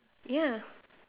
ya